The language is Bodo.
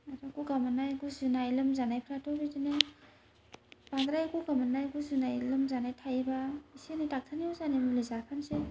आरो गगा मोननाय गुजुनाय लोमजानायफ्राथ' बिदिनो बांद्राय गगा मोननाय गुजुनाय लोमजानाय थायोबा एसे एनै डाक्टारनि अजानि मुलि जाफानोसै